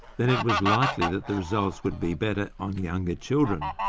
then it was likely that the results would be better on younger children,